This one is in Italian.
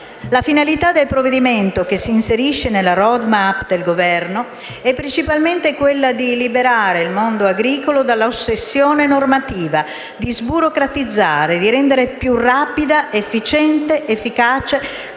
La finalità del provvedimento, che si inserisce nella *road map* del Governo, è principalmente quella di liberare il mondo agricolo dall'ossessione normativa, di sburocratizzare, di rendere più rapido, efficiente ed efficace